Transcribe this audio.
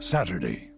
Saturday